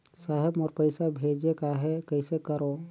साहेब मोर पइसा भेजेक आहे, कइसे करो?